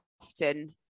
often